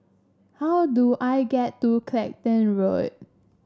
how do I get to Clacton Road